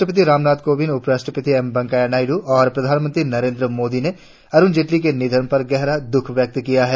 राष्ट्रपति रामनाथ कोविंद उपराष्ट्रपति एम वेकैंया नायड्र और प्रधानमंत्री नरेंद्र मोदी ने अरुण जेटली के निधन पर गहरा द्रख व्यक्त किया है